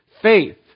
faith